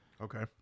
Okay